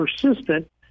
persistent